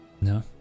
No